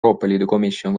komisjon